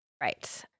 Right